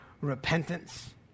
repentance